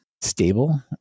stable